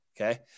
okay